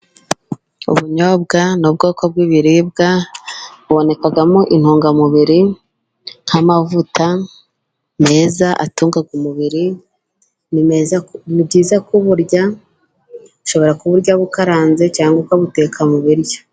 Ubunyobwa ni ubwoko bw'ibiribwa, bubonekamo intungamubiri nk'amavuta meza atunga umubiri, ni byiza kuburya, ushobora kuburya bukaranze cyangwa ukabuteka mu biryo.